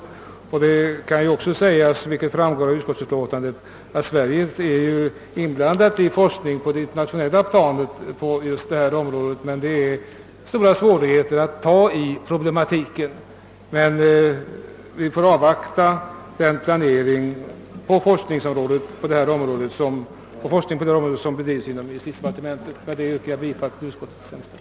Det kan också framhållas att Sverige — något som framgår av utskottsutlåtandet — deltar i forskning på det internationella planet just inom detta område. Det föreligger emellertid stora svårigheter att komma till rätta med problematiken, och man bör avvakta det planeringsarbete som bedrivs inom justitiedepartementet. Herr talman! Med dessa ord ber jag att få yrka bifall till utskottets hemställan.